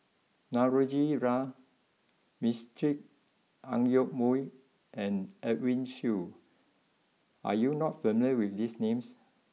Navroji R Mistri Ang Yoke Mooi and Edwin Siew are you not familiar with these names